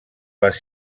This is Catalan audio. les